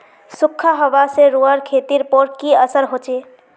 सुखखा हाबा से रूआँर खेतीर पोर की असर होचए?